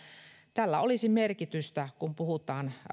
tällä olisi merkitystä kun puhutaan